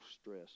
stress